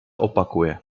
opakuje